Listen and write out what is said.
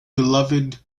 beloved